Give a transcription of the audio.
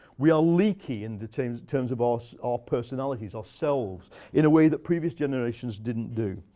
we are leaky in the terms terms of ah so our personalities, ourselves in a way that previous generations didn't do.